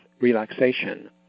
relaxation